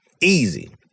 Easy